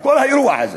מכל האירוע הזה.